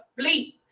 bleep